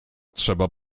trzeba